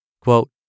Quote